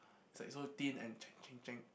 it's like so thin and